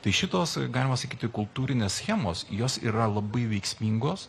tai šitos galima sakyti kultūrinės schemos jos yra labai veiksmingos